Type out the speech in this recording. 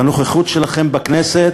בנוכחות שלכם בכנסת,